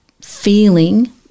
feeling